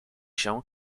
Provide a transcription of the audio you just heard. się